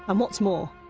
and, what's more,